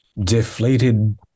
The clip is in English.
deflated